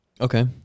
Okay